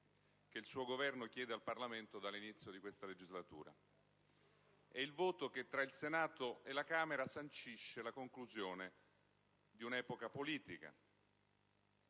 che il suo Governo chiede al Parlamento dall'inizio di questa legislatura. È il voto che, tra il Senato e la Camera, sancisce la conclusione di un'epoca politica.